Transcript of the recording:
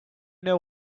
know